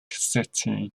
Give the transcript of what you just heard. city